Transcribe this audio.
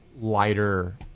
lighter